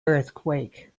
earthquake